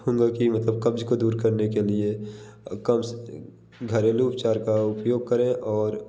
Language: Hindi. कहूँगा कि मतलब कब्ज़ को दूर करने के लिए कम्स घरेलू उपचार का उपयोग करें और